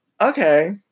Okay